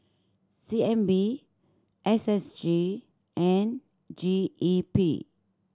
C N B S S G and G E P